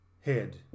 head